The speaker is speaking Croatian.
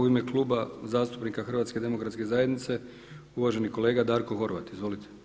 U ime Kluba zastupnika Hrvatske demokratske zajednice uvaženi kolega Darko Horvat, izvolite.